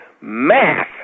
math